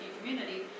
community